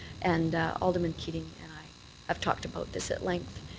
and alderman keating and i have talked about this at length.